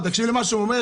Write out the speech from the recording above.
תקשיב למה שהוא אומר.